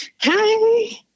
Hi